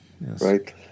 Right